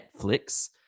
Netflix